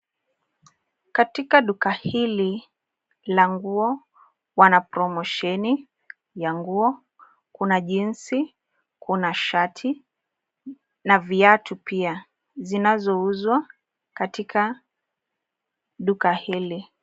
Katika duka hili la nguo wana promosheni ya nguo, kuna jinsi, kuna shati na viatu pia, zinazouzwa katika duka hili.